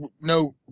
no